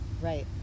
right